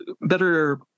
better